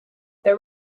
there